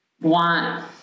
want